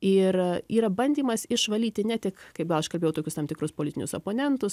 ir yra bandymas išvalyti ne tik kaip gal aš kalbėjau tokius tam tikrus politinius oponentus